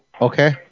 okay